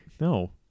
No